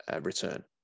return